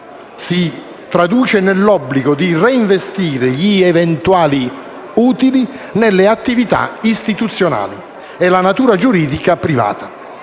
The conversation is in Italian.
si traduce nell'obbligo di reinvestire gli eventuali utili nelle attività istituzionali e nella natura giuridica privata.